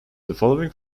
following